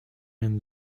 and